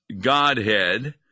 Godhead